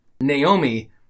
Naomi